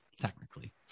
technically